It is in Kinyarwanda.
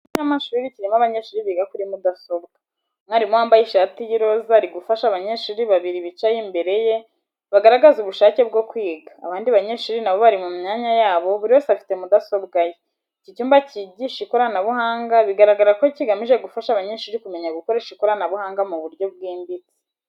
Icyumba cy’ishuri kirimo abanyeshuri biga kuri mudasobwa. Umwarimu wambaye ishati y’iroza ari gufasha abanyeshuri babiri bicaye imbere ye, bagaragaza ubushake bwo kwiga. Abandi banyeshuri nabo bari mu myanya yabo, buri wese afite mudasobwa ye. Iki cyumba cyigisha ikoranabuhanga, bigaragara ko kigamije gufasha abanyeshuri kumenya gukoresha ikoranabuhanga mu buryo bwimbitse.